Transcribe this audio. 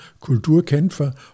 Kulturkämpfer